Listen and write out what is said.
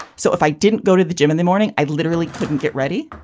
so if i didn't go to the gym in the morning i literally couldn't get ready.